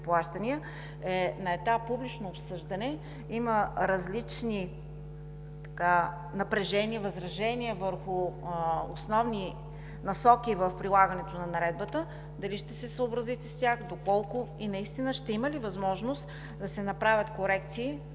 е на етап публично обсъждане? Има различни напрежения, възражения върху основни насоки в прилагането на Наредбата – дали ще се съобразите с тях, доколко и наистина ще има ли възможност да се направят корекции?